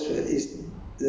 uh